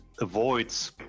avoids